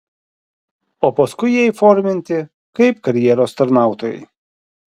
o paskui jie įforminti kaip karjeros tarnautojai